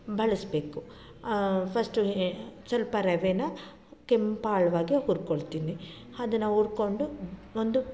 ಬಳಸಬೇಕು ಫಸ್ಟ್ ಎ ಸಲ್ಪ ರವೆನ ಕೆಂಪಾಳ್ವಾಗೆ ಹುರ್ಕೊಳ್ತೀನಿ ಅದನ್ನು ಹುರ್ಕೊಂಡು ಒಂದು